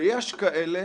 ויש כאלה